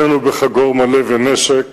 שנינו בחגור מלא ונשק